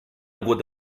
hagut